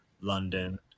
London